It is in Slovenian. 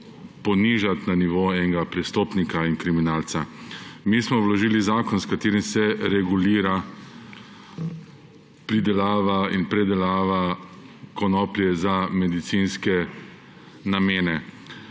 ponižati na nivo prestopnika in kriminalca. Mi smo vložili zakon, s katerim se regulira pridelava in predelava konoplje za medicinske namene.